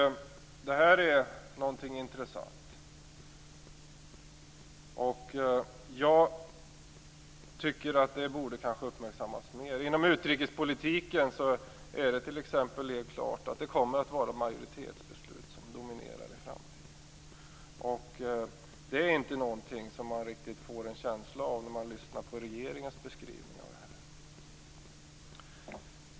Det här är intressant, och jag tycker att det borde uppmärksammas mer. Inom utrikespolitiken är det t.ex. helt klart att det kommer att vara majoritetsbeslut som dominerar i framtiden. Det är inte någonting som man får en känsla av när man lyssnar på regeringens beskrivningar.